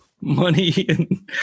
money